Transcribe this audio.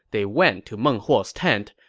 they went to meng huo's tent,